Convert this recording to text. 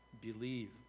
believe